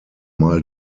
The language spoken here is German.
mal